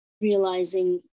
realizing